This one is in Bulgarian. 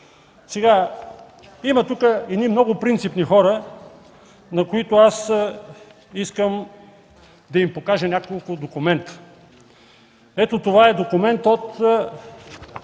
Има тук едни много принципни хора, на които аз искам да им покажа няколко документа. Ето, това е документ от